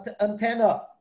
antenna